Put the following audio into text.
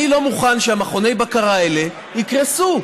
אני לא מוכן שמכוני הבקרה האלה יקרסו.